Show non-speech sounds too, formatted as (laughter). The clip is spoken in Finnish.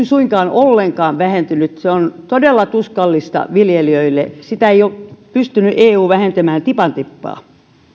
(unintelligible) suinkaan ollenkaan vähentynyt se on todella tuskallista viljelijöille sitä ei ole pystynyt eu vähentämään tipan tippaa